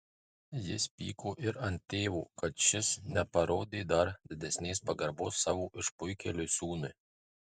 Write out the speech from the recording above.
jis pyko ir ant tėvo kad šis neparodo dar didesnės pagarbos savo išpuikėliui sūnui